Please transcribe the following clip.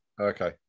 Okay